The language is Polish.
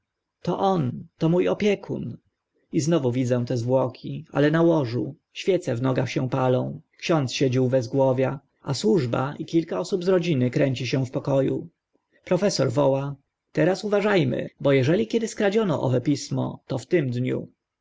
to on to mó opiekun i znowu widzę te zwłoki ale na łożu świece w nogach się palą ksiądz siedzi u wezgłowia a służba i kilka osób z rodziny kręci się w poko u profesor woła teraz uważa my bo eżeli kiedy skradziono owo pismo to w tym dniu